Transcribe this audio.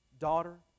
Daughter